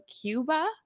cuba